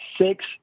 six